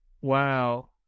Wow